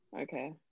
okay